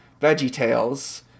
VeggieTales